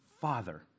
Father